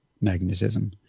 magnetism